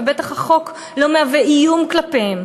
ובטח החוק לא מהווה איום כלפיהם,